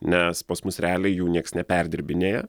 nes pas mus realiai jų nieks neperdirbinėja